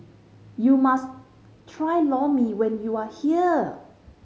you must try Lor Mee when you are here